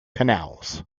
canals